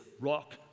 rock